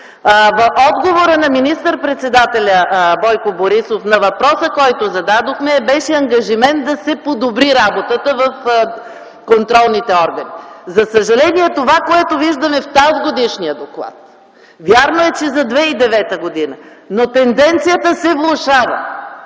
В отговора на министър-председателя Бойко Борисов на въпроса, който зададохме, беше ангажимент да се подобри работата в контролните органи. За съжаление, това, което виждаме в тазгодишния доклад, вярно, че е за 2009 г., но тенденцията се влошава.